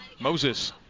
Moses